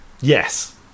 Yes